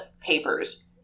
Papers